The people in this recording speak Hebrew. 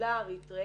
הקהילה האיתראית,